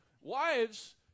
wives